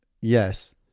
yes